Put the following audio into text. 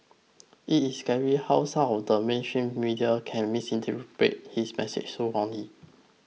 it is scary how some of the mainstream media can misinterpret his message so wrongly